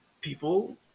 people